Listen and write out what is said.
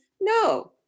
No